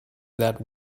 that